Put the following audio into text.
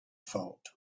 thought